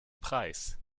preis